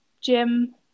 gym